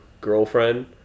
girlfriend